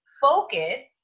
focused